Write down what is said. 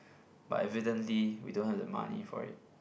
but evidently we don't have the money for it